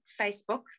Facebook